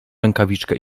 rękawiczkę